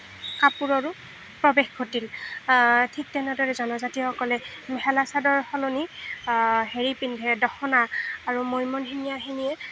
কাপোৰৰো প্ৰৱেশ ঘটিল ঠিক তেনেদৰে জনজাতিসকলে মেখেলা চাদৰৰ সলনি হেৰি পিন্ধে দখনা আৰু মৈমনসিঙীয়াখিনিয়ে